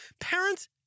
Parents